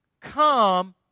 come